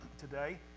today